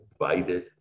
invited